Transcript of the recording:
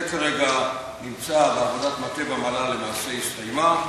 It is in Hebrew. זה כרגע נמצא בעבודת מטה במל"ל, שלמעשה הסתיימה.